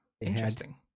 Interesting